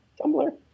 Tumblr